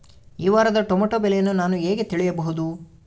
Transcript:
ಈ ವಾರದ ಟೊಮೆಟೊ ಬೆಲೆಯನ್ನು ನಾನು ಹೇಗೆ ತಿಳಿಯಬಹುದು?